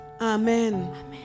Amen